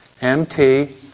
M-T